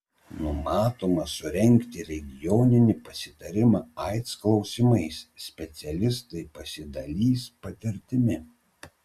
numatoma surengti regioninį pasitarimą aids klausimais specialistai pasidalys patirtimi